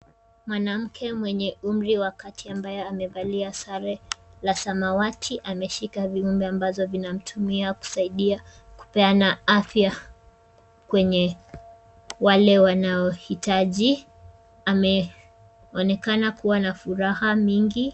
Mwanamke mwenye umri wa kati ambaye amevalia sare la samawati ameshika viumbe ambazo vinamtumia kusaidia kupeana afya kwenye wale wanaohitaji. Ameonekana kuwa na furaha mingi.